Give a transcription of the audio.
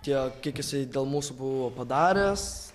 tiek kiek jisai dėl mūsų buvo padaręs